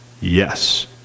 Yes